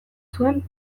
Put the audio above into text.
zuen